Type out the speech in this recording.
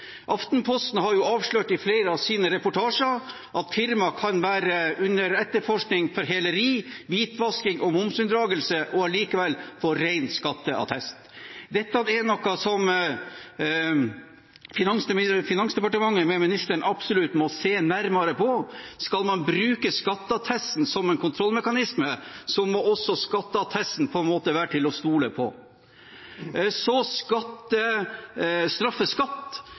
Aftenposten har avslørt i flere av sine reportasjer at et firma kan være under etterforskning for heleri, hvitvasking og momsunndragelse og likevel få ren skatteattest. Dette er noe som Finansdepartementet med ministeren absolutt må se nærmere på. Skal man bruke skatteattesten som en kontrollmekanisme, må også skatteattesten være til å stole på. Så til straffeskatt.